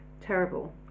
terrible